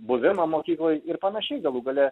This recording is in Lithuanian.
buvimą mokykloj ir panašiai galų gale